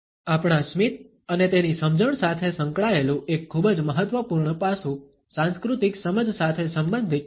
આપણા સ્મિત અને તેની સમજણ સાથે સંકળાયેલું એક ખૂબ જ મહત્વપૂર્ણ પાસું સાંસ્કૃતિક સમજ સાથે સંબંધિત છે